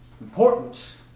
important